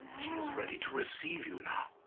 she is ready to receive you now